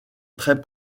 très